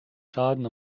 schaden